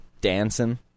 dancing